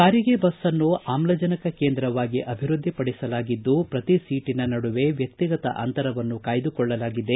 ಸಾರಿಗೆ ಬಸ್ಸ್ ಅನ್ನು ಆಮ್ಲಜನಕ ಕೇಂದ್ರವಾಗಿ ಅಭಿವೃದ್ದಿಪಡಿಸಲಾಗಿದ್ದು ಪ್ರತಿ ಸೀಟನ ನಡುವೆ ವ್ಯಕ್ತಿಗತ ಅಂತರವನ್ನು ಕಾಯ್ದುಕೊಳ್ಳಲಾಗಿದೆ